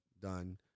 done